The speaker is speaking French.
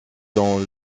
dans